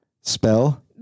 Spell